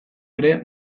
ere